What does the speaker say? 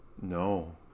No